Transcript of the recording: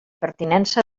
pertinença